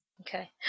Okay